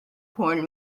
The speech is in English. porn